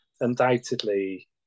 undoubtedly